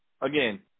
again